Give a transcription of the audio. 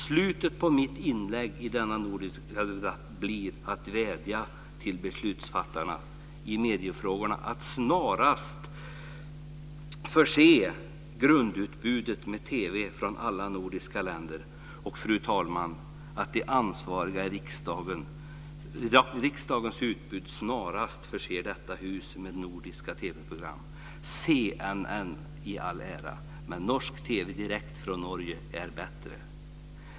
Slutet på mitt inlägg i denna nordiska fråga blir att vädja till beslutsfattarna i mediefrågorna att snarast förse grundutbudet med TV från alla de nordiska länderna. Fru talman! Riksdagen bör snarast förse detta hus med nordiska TV-program. CNN i all ära, men norsk TV direkt från Norge är bättre.